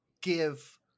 give